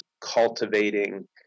cultivating